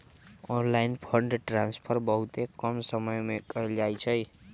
online fund transfer बहुते कम समय में कएल जाइ छइ